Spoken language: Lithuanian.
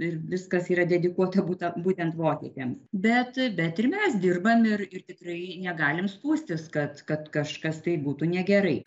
ir viskas yra dedikuota būta būtent vokiečiams bet bet ir mes dirbam ir ir tikrai negalim skųstis kad kad kažkas tai būtų negerai